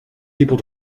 people